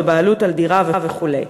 בבעלות על דירה וכו'.